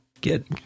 get